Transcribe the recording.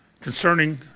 concerning